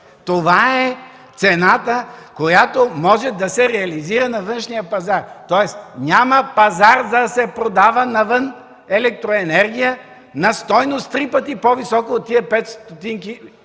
Това е цената, която може да се реализира на външния пазар. Тоест няма пазар, за да се продава навън електроенергия на стойност три пъти по-високо от тези пет